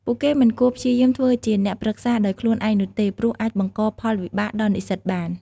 ពួកគេមិនគួរព្យាយាមធ្វើជាអ្នកប្រឹក្សាដោយខ្លួនឯងនោះទេព្រោះអាចបង្កផលវិបាកដល់និស្សិតបាន។